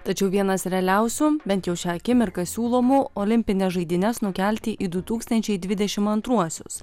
tačiau vienas realiausių bent jau šią akimirką siūlomų olimpines žaidynes nukelti į du tūkstančiai dvidešim antruosius